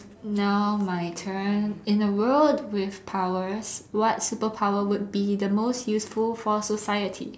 now my turn in a world with powers what superpower would be the most useful for society